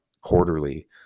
quarterly